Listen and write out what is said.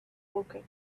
woking